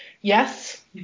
Yes